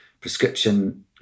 prescription